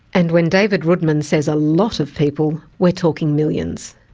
and when david roodman says a lot of people, we're talking millions.